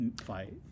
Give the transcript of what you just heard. fight